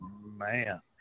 Man